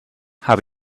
habe